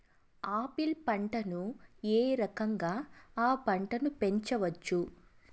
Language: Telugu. ఆపిల్ పంటను ఏ రకంగా అ పంట ను పెంచవచ్చు?